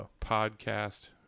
podcast